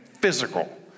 physical